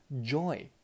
joy